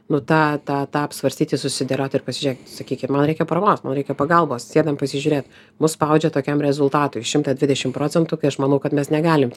nu tą tą tą apsvarstyti susidėliot ir pasižiūrėt sakykim man reikia paramos man reikia pagalbos sėdam pasižiūrėt mus spaudžia tokiam rezultatui šimtą dvidešim procentų kai aš manau kad mes negalim